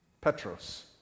Petros